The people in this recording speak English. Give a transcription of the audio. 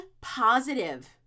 positive